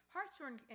Hartshorn